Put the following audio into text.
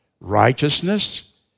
Righteousness